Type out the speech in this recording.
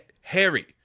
Harry